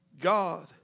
God